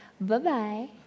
bye-bye